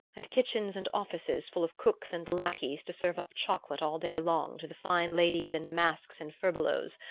and kitchens and offices full of cooks and lackeys to serve up chocolate all day long to the fine ladies in masks and furbelows,